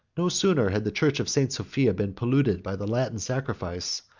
no sooner had the church of st. sophia been polluted by the latin sacrifice,